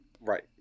Right